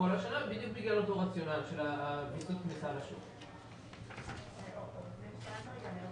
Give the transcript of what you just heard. השנה בדיוק על פי אותו רציונל כפי שאורן אמר.